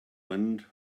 wind